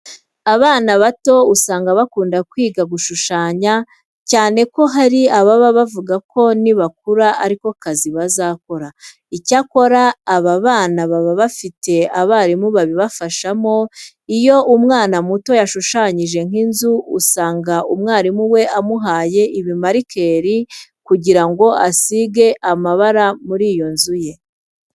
Abana bato usanga bakunda kwiga gushushanya cyane ko hari ababa bavuga ko nibakura ari ko kazi bazakora. Icyakora, aba bana baba bafite abarimu babibafashamo. Iyo umwana muto yashushanyije nk'inzu usanga umwarimu we amuhaye ibimarikeri kugira ngo asige amabara muri iyo nzu ye.